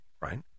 right